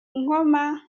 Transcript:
nkoma